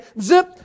zip